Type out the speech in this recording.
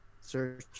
Search